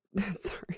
Sorry